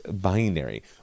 binary